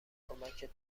کمکت